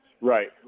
Right